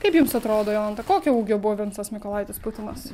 kaip jums atrodo jolanta kokio ūgio buvo vincas mykolaitis putinas